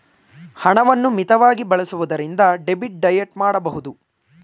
ಹಣವನ್ನು ಮಿತವಾಗಿ ಬಳಸುವುದರಿಂದ ಡೆಬಿಟ್ ಡಯಟ್ ಮಾಡಬಹುದು